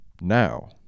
now